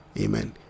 Amen